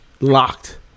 locked